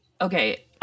okay